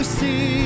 see